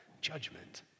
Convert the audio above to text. judgment